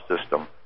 system